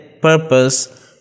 purpose